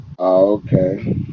Okay